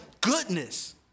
goodness